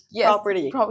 Property